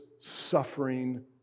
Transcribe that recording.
suffering